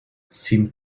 seemed